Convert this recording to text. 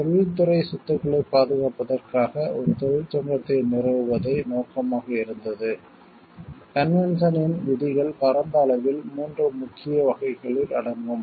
தொழில்துறை சொத்துக்களைப் பாதுகாப்பதற்காக ஒரு தொழிற்சங்கத்தை நிறுவுவதே நோக்கமாக இருந்தது கன்வென்ஷனின் விதிகள் பரந்த அளவில் 3 முக்கிய வகைகளில் அடங்கும்